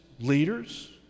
leaders